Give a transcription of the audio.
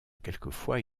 quelquefois